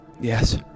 Yes